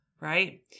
right